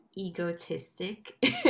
egotistic